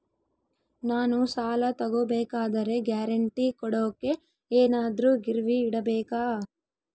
ನಾನು ಸಾಲ ತಗೋಬೇಕಾದರೆ ಗ್ಯಾರಂಟಿ ಕೊಡೋಕೆ ಏನಾದ್ರೂ ಗಿರಿವಿ ಇಡಬೇಕಾ?